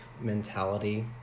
mentality